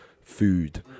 food